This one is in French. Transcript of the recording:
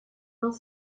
vingt